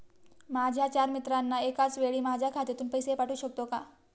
माझ्या चार मित्रांना एकाचवेळी माझ्या खात्यातून पैसे पाठवू शकतो का?